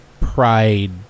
pride